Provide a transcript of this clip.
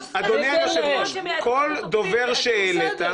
כל דובר שהעלית,